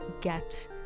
get